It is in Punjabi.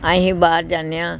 ਅਸੀਂ ਬਾਹਰ ਜਾਂਦੇ ਹਾਂ